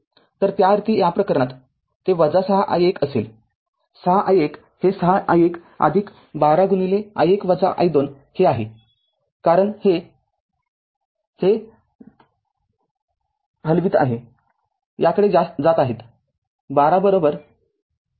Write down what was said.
तर त्याअर्थी या प्रकरणात ते ६ i१ असेल ६ i१ हे ६ i१ १२ i१ i२ हे आहे कारण हे हलवित आहेत याकडे जात आहेत १२ ०